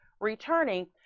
returning